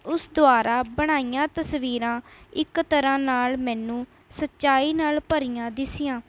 ਉਸ ਦੁਆਰਾ ਬਣਾਈਆਂ ਤਸਵੀਰਾਂ ਇੱਕ ਤਰ੍ਹਾਂ ਨਾਲ਼ ਮੈਨੂੰ ਸੱਚਾਈ ਨਾਲ਼ ਭਰੀਆਂ ਦਿਸੀਆਂ